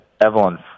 Evelyn